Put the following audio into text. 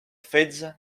fetge